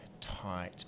tight